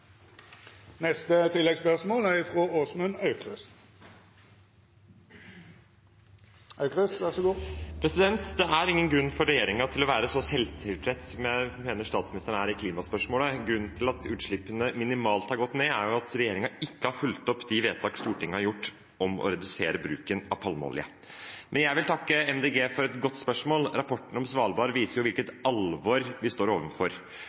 Åsmund Aukrust – til oppfølgingsspørsmål. Det er ingen grunn for regjeringen til å være så selvtilfreds som jeg mener statsministeren er i klimaspørsmålet. Grunnen til at utslippene har gått ned minimalt, er at regjeringen ikke har fulgt opp de vedtak Stortinget har gjort om å redusere bruken av palmeolje. Men jeg vil takke Miljøpartiet De Grønne for et godt spørsmål. Rapporten om Svalbard viser hvilket alvor vi står